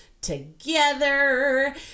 together